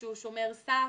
שהוא שומר סף,